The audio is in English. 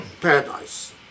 paradise